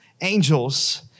angels